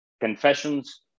Confessions